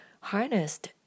harnessed